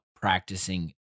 practicing